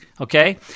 okay